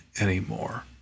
anymore